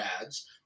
ads